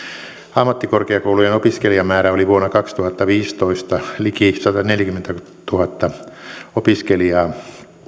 ammattikorkeakoulujen opiskelijamäärä oli vuonna kaksituhattaviisitoista liki sataneljäkymmentätuhatta opiskelijaa